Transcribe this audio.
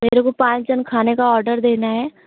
मेरे को पाँच जन खाने का ओडर देना है